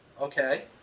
okay